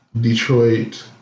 Detroit